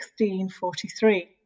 1643